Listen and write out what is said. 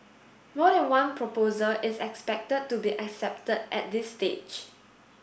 more than one proposal is expected to be accepted at this stage